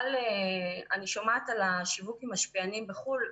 אני שומעת על שיווק עם משפיענים בחו"ל,